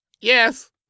Yes